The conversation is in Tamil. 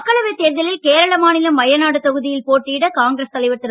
மக்களவை தேர்தலில் கேரள மாநிலம் வயநாடு தொகுதியில் போட்டியிட காங்கிரஸ் தலைவர் திரு